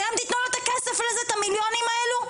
אתם תתנו לו את הכסף לזה, את המיליונים האלו?